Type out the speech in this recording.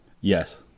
Yes